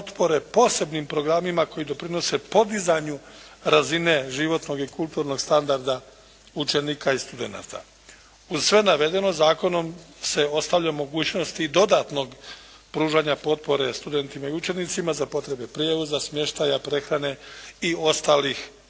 posebnim programima koji doprinose podizanju razine životnog i kulturnog standarda učenika i studenata. Uz sve navedeno zakonom se ostavlja mogućnosti i dodatnog pružanja potpore studentima i učenicima za potrebe prijevoza, smještaja, prehrane i ostalih